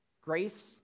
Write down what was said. grace